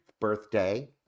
birthday